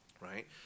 right